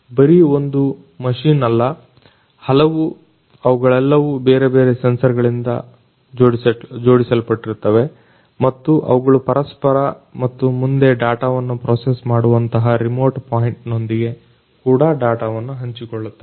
ಬರೀ ಒಂದು ಮಷಿನ್ ಅಲ್ಲ ಹಲವು ಅವುಗಳೆಲ್ಲವೂ ಬೇರೆ ಬೇರೆ ಸೆನ್ಸರ್ಗಳಿಂದ ಜೋಡಿಸಲ್ಪಟ್ಟಿರುತ್ತವೆ ಮತ್ತು ಅವುಗಳು ಪರಸ್ಪರ ಮತ್ತು ಮುಂದೆ ಡಾಟಾವನ್ನು ಪ್ರೊಸೆಸ್ ಮಾಡುವಂತಹ ರಿಮೋಟ್ ಪಾಯಿಂಟ್ ನೊಂದಿಗೆ ಕೂಡ ಡಾಟಾವನ್ನು ಹಂಚಿಕೊಳ್ಳುತ್ತವೆ